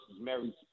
Mary